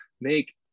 make